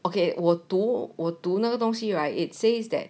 okay 我读我读那个东西 right it says that